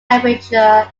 temperature